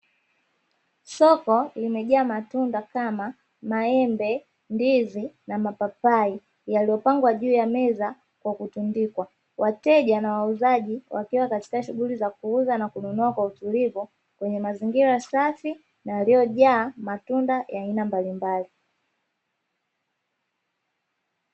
Soko limejaaa matunda kama maembe, ndizi na mapapai yaliyopangwa juu ya meza kwa kutundikwa. Wateja na wauzaji wakiwa katika shughuli za kuuza na kununua kwa utulivu kwenye mazingira safi na yaliyojaaa matunda ya aina mbalimbali.